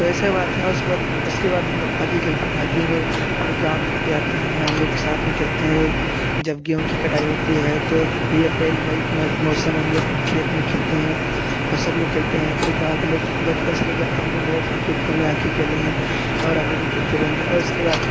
तो ऐसे बात है उसको उसके बाद हम लोग हाकी खेलते हैं हाकी मैं पूरे गाँव की लड़के आते हैं हम लोग साथ में खेलते हैं जब गेहूं की कटाई होती है तो ये अप्रैल मई में मौसम खेत में खेलते हैं और सब लोग खेलते हैं पूरे गाँव के लोग बचपन से लेके आज तक हम लोग बहुत क्रिकेट खेलें हैं हाकी खेले हैं और आगे भी खेलते रहेंगे और उसके बाद